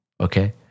okay